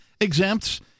exempts